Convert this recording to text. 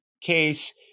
case